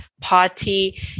party